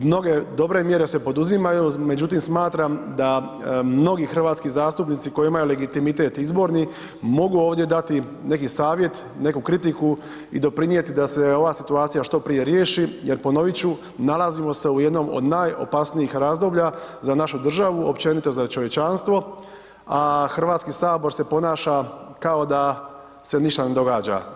Mnoge dobre mjere se poduzimaju, međutim, smatram da mnogi hrvatski zastupnici koji imaju legitimitet izborni mogu ovdje dati neki savjet, neku kritiku i doprinijeti da se ova situacija što prije riješi jer, ponovit ću, nalazimo se u jednom od najopasnijih razdoblja za našu državu, općenito za čovječanstvo, a Hrvatski sabor se ponaša kao da se ništa ne događa.